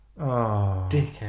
dickhead